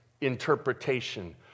interpretation